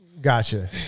Gotcha